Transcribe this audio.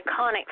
iconic